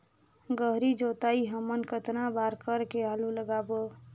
गहरी जोताई हमन कतना बार कर के आलू लगाबो?